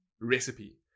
Recipe